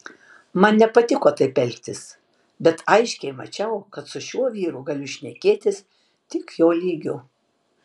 man nepatiko taip elgtis bet aiškiai mačiau kad su šiuo vyru galiu šnekėtis tik jo lygiu